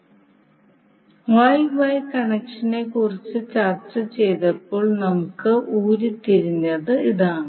Y Y കണക്ഷനെക്കുറിച്ച് ചർച്ച ചെയ്തപ്പോൾ നമുക്ക് ഉരുത്തിരിഞ്ഞത് ഇതാണ്